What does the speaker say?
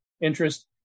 interest